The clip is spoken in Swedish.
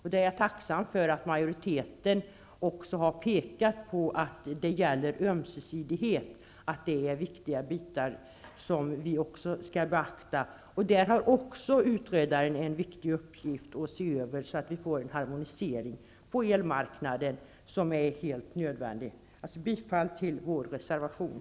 Jag är tacksam för att också majoriteten har pekat på att det är ömsesidighet som skall gälla och att detta är viktigt att beakta. Utredaren har där en viktig uppgift att undersöka möjligheterna till en harmonisering på elmarknaden, som är helt nödvändig. Jag yrkar alltså bifall till vår reservation.